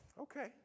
okay